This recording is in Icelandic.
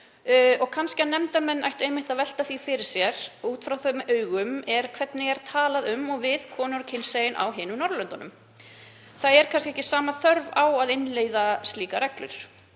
og kannski að nefndarmenn ættu einmitt að velta því fyrir sér út frá því hvernig talað er um og við konur og kynsegin á hinum Norðurlöndunum. Það er kannski ekki sama þörf á að innleiða slíkar reglur.